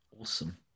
Awesome